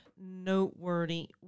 noteworthy